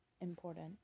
important